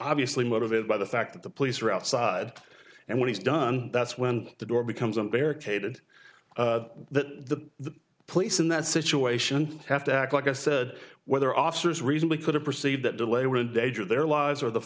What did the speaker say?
obviously motivated by the fact that the police are outside and what he's done that's when the door becomes an barricaded that the police in that situation have to act like i said whether officers reason we could have perceived that delay were a danger their lives or the